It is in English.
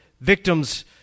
victims